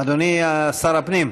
אדוני שר הפנים.